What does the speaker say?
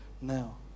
Now